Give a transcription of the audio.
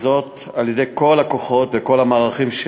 וזאת על-ידי כל הכוחות וכל המערכים של